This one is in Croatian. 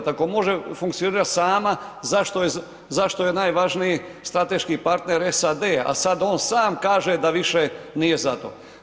Ako može funkcionirati sama, zašto je najvažniji strateški partner SAD, a sad on sam kaže da više nije za to.